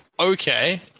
Okay